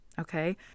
Okay